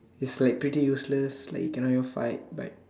he's like pretty useless like he cannot even fight but